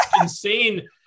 insane